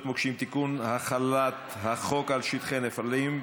מוקשים (תיקון) (החלת החוק על שטחי נפלים),